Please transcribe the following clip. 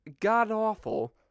god-awful